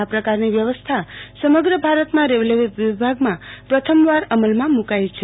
આ પ્રકારની વ્યવસ્થા સમગ્ર ભારતમાં રેલ્વે વીભાગમાં પ્રથમવાર અમલમાં મુકાઈ છે